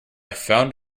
found